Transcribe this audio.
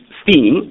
steam